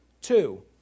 Two